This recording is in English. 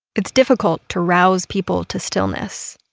it's difficult to rouse people to stillness,